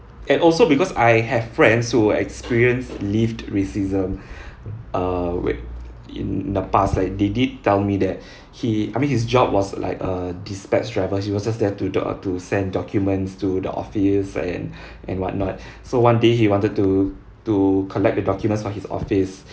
and also because I have friends who experienced lift racism uh wait in the past like they did tell me that he I mean his job was like uh dispatch driver he was just there to the uh to send documents to the office and and what not so one day he wanted to to collect the documents for his office